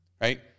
right